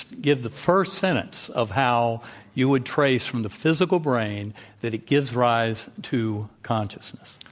give the first sentence of how you would trace from the physical brain that it gives rise to consciousness.